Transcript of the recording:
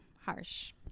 harsh